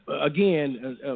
again